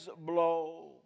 blow